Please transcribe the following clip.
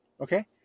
Okay